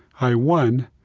i won.